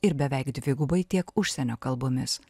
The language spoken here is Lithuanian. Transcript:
ir beveik dvigubai tiek užsienio kalbomis